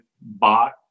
bought